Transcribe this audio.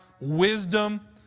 wisdom